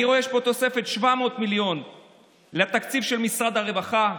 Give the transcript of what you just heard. אני רואה שיש פה תוספת 700 מיליון לתקציב של משרד הרווחה,